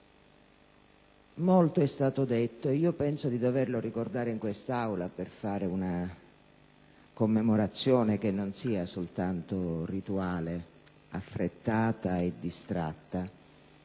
Molto è stato detto, e io penso di doverlo ricordare in quest'Aula, per fare una commemorazione che non sia soltanto rituale, affrettata e distratta